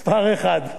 מס' 1,